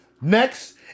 Next